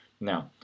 Now